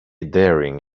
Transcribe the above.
daring